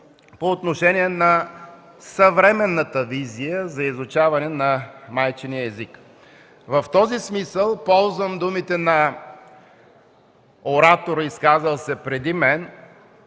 по отношение на съвременната визия за изучаване на майчиния език. В този смисъл ползвам думите на оратора, изказал се преди мен.